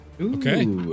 okay